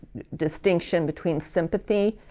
distinction between sympathy,